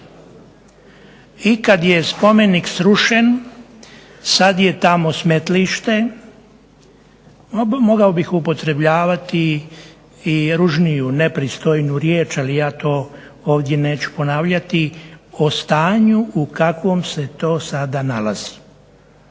I kada je spomenik srušen, sada je tamo smetlište, mogao bih upotrebljavati i ružniju i nepristojniju riječ, ali ja to ovdje neću ponavljati, o stanju u kakvom se to sada nalazi.